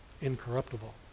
incorruptible